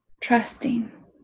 trusting